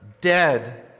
dead